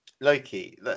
Loki